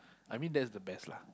I mean that's the best lah